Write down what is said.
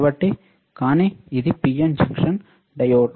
కాబట్టి కానీ ఇది పిఎన్ జంక్షన్ డయోడ్